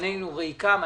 פנינו ריקם.